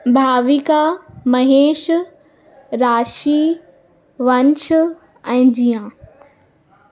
भाविका महेश राशि वंश ऐं जिया